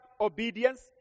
obedience